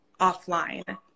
offline